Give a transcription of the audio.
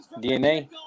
DNA